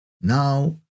Now